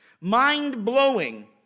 Mind-blowing